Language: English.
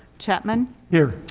chapman. here.